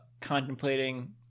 contemplating